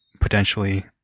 potentially